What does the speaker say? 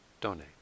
donate